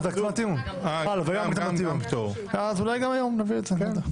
אז אולי היום נביא את זה.